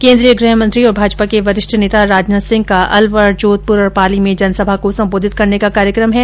केन्द्रीय गृहमंत्री और भाजपा के वरिष्ठ नेता राजनाथ सिंह का अलवर जोधपुर और पाली में जनसभा को सम्बोधित करने का कार्यक्रम है